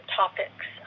topics